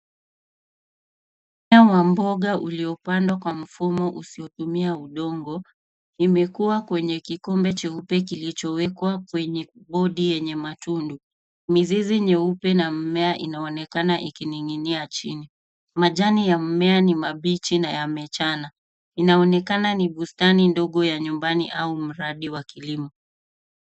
Mmea wa mboga uliopandwa kwa mfumo usiotumia udongo. Imekua kwenye kikombe cheupe kilichowekwa kwenye bodi yenye matundu. Mizizi nyeupe na mmea inaonekana ikininginia chini. Majani ya mmea ni mabichi na yamechana. Inaonekana ni bustani ndogo ya nyumbani au mradi wa kilimo.